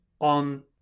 on